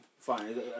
fine